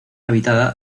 habitada